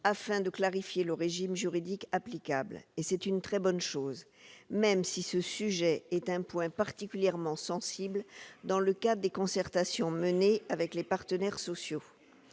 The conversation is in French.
afin de clarifier le régime juridique applicable. C'est là une très bonne chose, bien que ce sujet s'avère particulièrement sensible dans le cadre des concertations menées avec les partenaires sociaux.